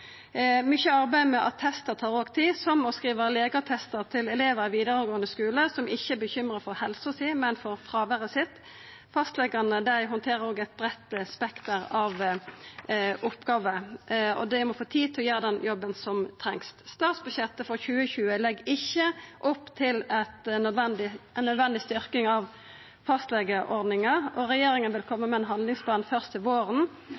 Mykje arbeid med attestar tar òg tid, som å skriva legeattestar til elevar i vidaregåande skule som ikkje er bekymra for helsa si, men for fråveret sitt. Fastlegane handterer òg eit breitt spekter av oppgåver, og dei må få tid til å gjera den jobben som trengst. Statsbudsjettet for 2020 legg ikkje opp til ei nødvendig styrking av fastlegeordninga, og regjeringa vil koma med ein handlingsplan fyrst til våren.